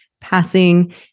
passing